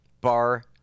Bar